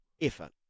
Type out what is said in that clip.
Effort